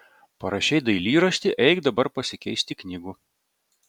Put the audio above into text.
parašei dailyraštį eik dabar pasikeisti knygų